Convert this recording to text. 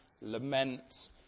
lament